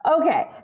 Okay